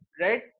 right